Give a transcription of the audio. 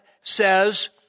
says